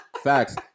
Facts